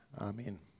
Amen